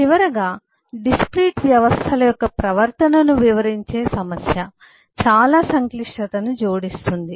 చివరగా డిస్క్రీట్ వ్యవస్థల యొక్క ప్రవర్తనను వివరించే సమస్య చాలా సంక్లిష్టతను జోడిస్తుంది